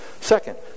Second